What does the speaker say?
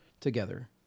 Together